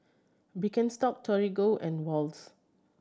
Birkenstock Torigo and Wall's